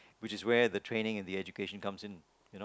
which is where the training and the education comes in you know